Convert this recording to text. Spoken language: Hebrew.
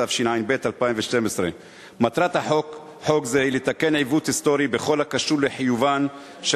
התשע"ב 2012. מטרת חוק זה היא לתקן עיוות היסטורי בכל הקשור לחיובן של